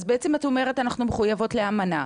אז בעצם את אומרת שאתן מחויבות לאמנה,